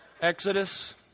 Exodus